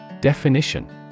Definition